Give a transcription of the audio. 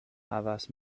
havas